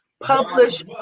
Publish